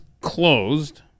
closed